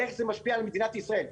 איך זה משפיע על מדינת ישראל.